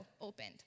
opened